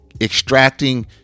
extracting